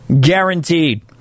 Guaranteed